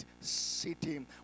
city